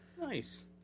Nice